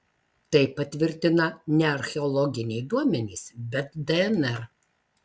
tai patvirtina ne archeologiniai duomenys bet dnr